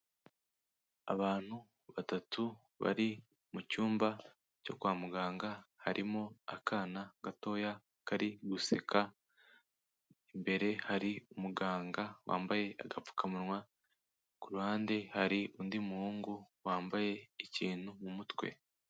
Abantu batatu bari mu cyumba cyo kwa muganga, harimo akana gatoya kari guseka, imbere hari umuganga wambaye agapfukamunwa, ku ruhande hari undi muhungu wambaye ikintu mu mutwe.